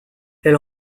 elle